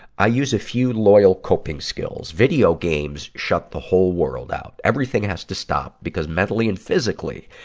i use a few loyal coping skills. video games shut the whole world out. everything has to stop, because mentally and physically,